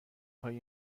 های